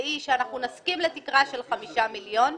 והיא שאנחנו נסכים לתקרה של חמישה מיליון,